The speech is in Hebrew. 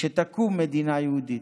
שתקום מדינה יהודית,